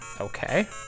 Okay